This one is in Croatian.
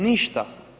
Ništa.